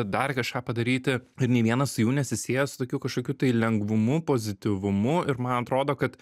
dar kažką padaryti ir nei vienas jų nesisieja su tokiu kažkokiu tai lengvumu pozityvumu ir man atrodo kad